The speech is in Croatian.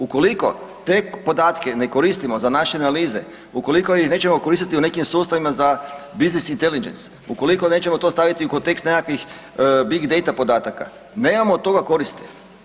Ukoliko te podatke ne koristimo za naše analize, ukoliko ih nećemo koristiti u nekim sustavima za business intelligence, ukoliko nećemo to staviti u kontekst nekakvih big date podataka nemamo od toga koristi.